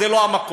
זה לא המקום,